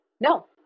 no